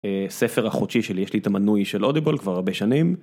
ספר החודשי שלי, יש לי את המנוי של אודיו בול כבר הרבה שנים.